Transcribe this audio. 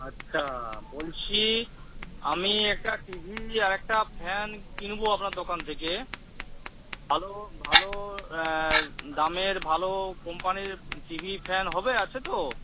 আচ্ছা বলছি আমি একটা টিভি আর একটা ফ্যান কিনবো আপনার দোকান থেকে ভালো ভালো দামের ভালো কোম্পানির টিভি ফ্যান হবে আছে তো